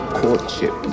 courtship